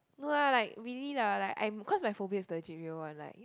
no ah like really lah like I'm cause my phobia is legit real one like